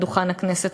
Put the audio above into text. מעל דוכן הכנסת.